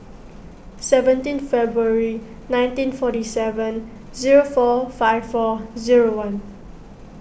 seventeen February nineteen forty seven zero four five four zero one